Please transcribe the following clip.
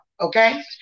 okay